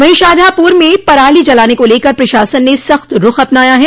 वहीं शाहजहांपुर में पराली जलाने को लेकर प्रशासन ने सख्त रूख अपनाया है